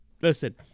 listen